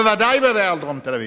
בוודאי ובוודאי על דרום תל-אביב,